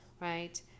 right